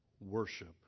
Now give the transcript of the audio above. worship